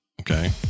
okay